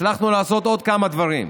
הצלחנו לעשות עוד כמה דברים: